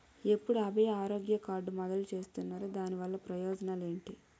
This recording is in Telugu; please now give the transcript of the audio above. ఎప్పుడు అభయ ఆరోగ్య కార్డ్ మొదలు చేస్తున్నారు? దాని వల్ల ప్రయోజనాలు ఎంటి?